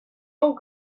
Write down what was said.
old